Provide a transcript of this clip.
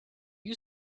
you